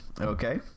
Okay